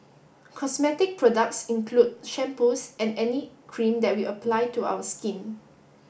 cosmetic products include shampoos and any cream that we apply to our skin